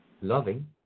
loving